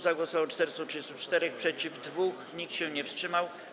Za głosowało 434, przeciw - 2, nikt się nie wstrzymał.